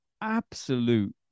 absolute